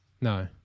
No